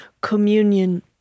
communion